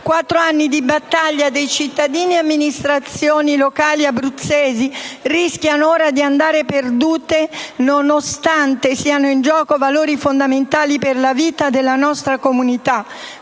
Quattro anni di battaglie dei cittadini e delle amministrazioni locali abruzzesi rischiano ora di andare perdute, nonostante siano in gioco valori fondamentali per la vita della nostra comunità,